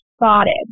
spotted